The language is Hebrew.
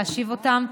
להשיב אותם,